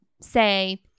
say